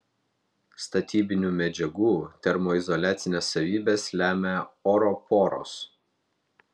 statybinių medžiagų termoizoliacines savybes lemia oro poros